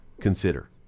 consider